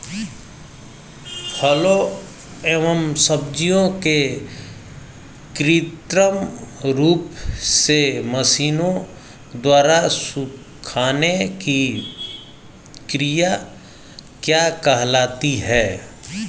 फलों एवं सब्जियों के कृत्रिम रूप से मशीनों द्वारा सुखाने की क्रिया क्या कहलाती है?